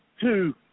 two